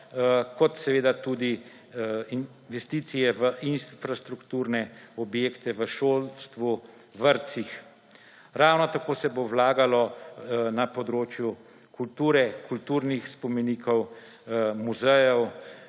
kot seveda tudi investicije v infrastrukturne objekte v šolstvu, vrtcih. Ravno tako se bo vlagalo na področju kulture, kulturnih spomenikov, muzejev,